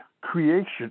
creation